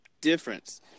difference